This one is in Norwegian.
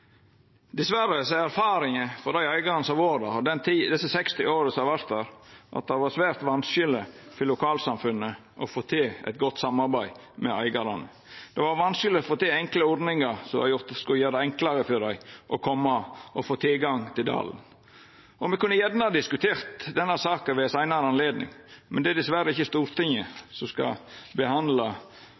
Dessverre er erfaringa frå dei eigarane som har vore der, og dei 60 åra som har vore, at det har vore svært vanskeleg for lokalsamfunnet å få til eit godt samarbeid med eigarane. Det var vanskeleg å få til enkle ordningar som skulle gjera det enklare for dei å få tilgang til dalen. Me kunne gjerne ha diskutert denne saka ved eit seinare høve, men det er dessverre ikkje Stortinget som skal behandla